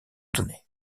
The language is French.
données